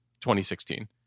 2016